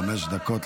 חמש דקות לרשותך.